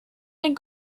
ein